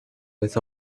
with